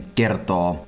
kertoo